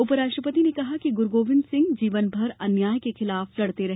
उपराष्ट्रपति ने कहा कि गुरु गोविन्द सिंह जीवनभर अन्याय के खिलाफ लड़ते रहे